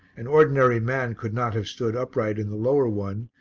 an ordinary man could not have stood upright in the lower one,